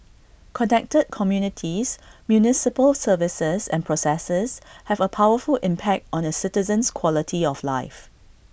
connected communities municipal services and processes have A powerful impact on A citizen's quality of life